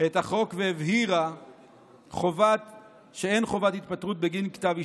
-----"-- את החוק והבהירה שאין חובת התפטרות בגין כתב אישום.